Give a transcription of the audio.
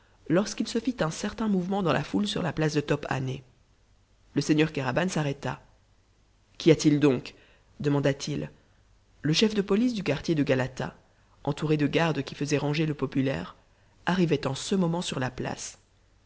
lorsqu'il se fit un certain mouvement dans la foule sur la place de top hané le seigneur kéraban s'arrêta qu'y a-t-il donc demanda-t-il le chef de police du quartier de galata entouré de gardes qui faisaient ranger le populaire arrivait en ce moment sur la place